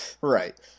Right